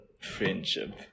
friendship